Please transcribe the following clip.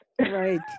Right